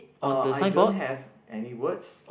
uh I don't have any words